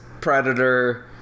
predator